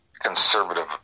conservative